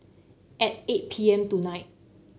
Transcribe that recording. at eight P M tonight